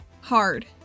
hard